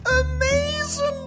Amazing